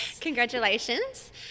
Congratulations